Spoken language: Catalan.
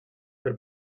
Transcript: per